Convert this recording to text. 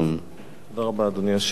אדוני היושב-ראש,